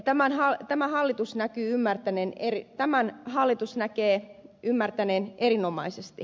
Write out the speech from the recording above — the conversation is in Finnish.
tämän hallitus näkyy ymmärtäneen eri kaman hallitus näkee ymmärtäneen erinomaisesti